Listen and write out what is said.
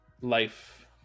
life